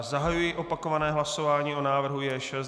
Zahajuji opakované hlasování o návrhu J6.